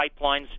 pipelines